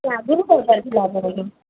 ଆଗରୁ କରିବାର ଥିଲା